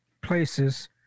places